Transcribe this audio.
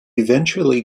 eventually